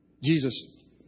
Jesus